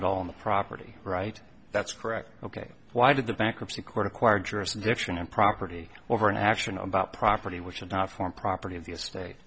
at all in the property right that's correct ok why did the bankruptcy court acquire jurisdiction and property over an action about property which should not form property of the estate